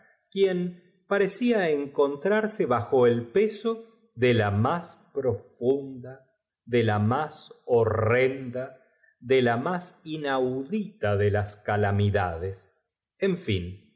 quien parecfa encontrarse bajo el peso de la más profunda de la más horrenda de la más inaudita de las calamidades en fin des